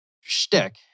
shtick